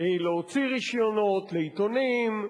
להוציא רשיונות לעיתונים,